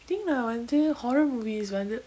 I think நா வந்து:na vanthu horror movies வந்து:vanthu